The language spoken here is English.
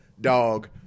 Dog